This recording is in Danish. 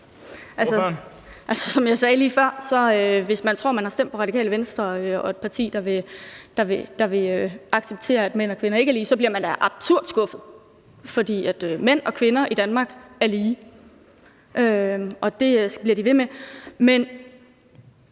før: Hvis man tror, man har stemt på Radikale Venstre som et parti, der vil acceptere, at mænd og kvinder ikke er lige, bliver man da absurd skuffet, for mænd og kvinder i Danmark er lige, og det bliver de ved med. Men